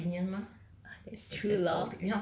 no lah it's our opinion mah